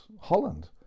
Holland